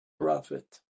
prophet